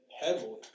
heavily